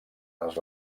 les